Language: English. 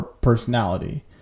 personality